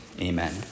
Amen